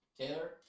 taylor